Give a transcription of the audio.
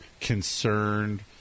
concerned